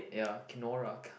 ya Kenora